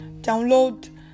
download